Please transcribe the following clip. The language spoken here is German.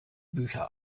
bücher